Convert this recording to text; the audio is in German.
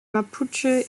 mapuche